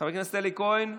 חבר הכנסת אלי כהן,